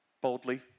boldly